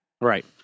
Right